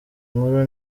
nkuru